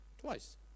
Twice